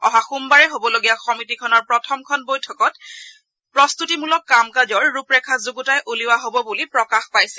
অহা সোমবাৰে হ'বলগীয়া সমিতিখনৰ প্ৰথমখন বৈঠকত প্ৰস্ততিমূলক কাম কাজৰ ৰূপৰেখা যুগুতাই উলিওৱা হব বুলি প্ৰকাশ পাইছে